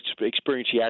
experience